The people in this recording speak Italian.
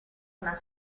una